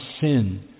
sin